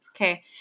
Okay